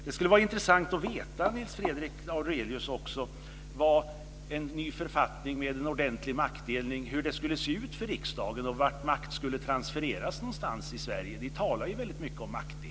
Det skulle vara intressant att veta, Nils Fredrik Aurelius, hur det skulle se ut för riksdagen med en ny författning med en ordentlig maktdelning. Vart någonstans i Sverige skulle makten transfereras till? Ni talar ju väldigt mycket om maktdelning.